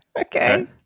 Okay